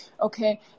okay